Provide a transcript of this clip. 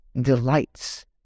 delights